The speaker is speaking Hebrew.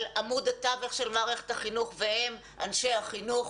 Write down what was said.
על עמוד התווך של מערכת החינוך והוא אנשי החינוך